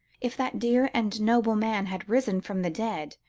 if that dear and noble man had risen from the dead,